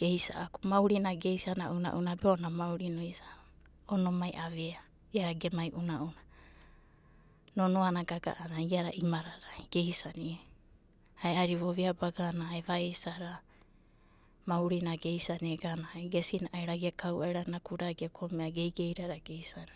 geisa'u ku maurina geisana unauna be ona maurina oisana. Ona omamai avea iada ge unauna nonoana gaga'ana iada geisana. Ae'adi ovia bagana eva isada maurina geisana egana gesina'aira ge kauira geigeidada geisana.